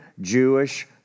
Jewish